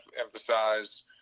emphasize